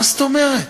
מה זאת אומרת?